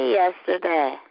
yesterday